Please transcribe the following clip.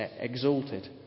exalted